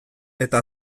eta